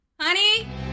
Honey